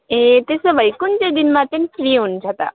ए त्यसोभए कुन चाहिँ दिनमा चाहिँ फ्री हुनुहुन्छ त